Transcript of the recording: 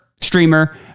streamer